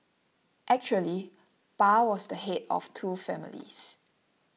actually Pa was the head of two families